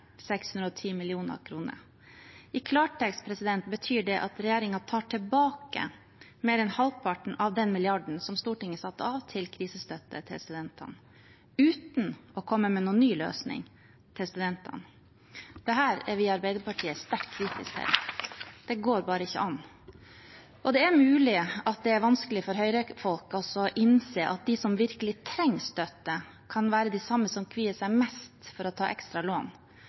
610 mill. kr. I klartekst betyr det at regjeringen tar tilbake mer enn halvparten av den milliarden som Stortinget satte av til krisestøtte til studentene, uten å komme med noen ny løsning til studentene. Dette er vi i Arbeiderpartiet sterkt kritisk til, det går bare ikke an. Det er mulig at det er vanskelig for høyrefolk å innse at de som virkelig trenger støtte, kan være de samme som kvier seg mest for å ta ekstra lån,